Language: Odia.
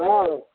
ହଁ